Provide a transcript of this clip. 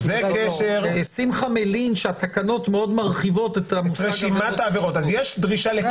שמחה מלין שהתקנות מאוד מרחיבות את המושג -- בסדר,